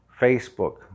Facebook